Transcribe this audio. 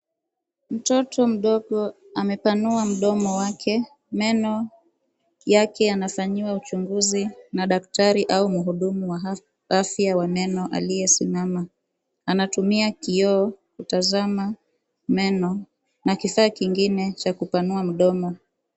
Mtoto mdogo amepanua mdomo wake. Meno yake yanafanyiwa uchunguzi na daktari au mhudumu wa afya wa meno aliyesimama. Anatumia kioo kutazama meno na kifaa kingine cha kupanua mdomo.